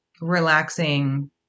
relaxing